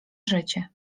życie